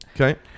Okay